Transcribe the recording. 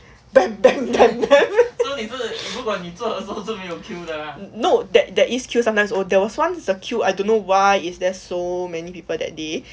bang bang bang bang no there there is queue oh there is once I don't know why is there so many people that day